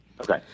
Okay